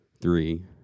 three